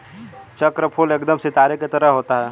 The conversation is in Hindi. चक्रफूल एकदम सितारे की तरह होता है